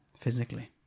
physically